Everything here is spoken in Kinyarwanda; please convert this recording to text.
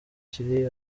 kiri